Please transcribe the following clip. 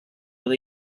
with